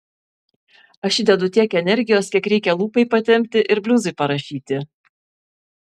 aš įdedu tiek energijos kiek reikia lūpai patempti ir bliuzui parašyti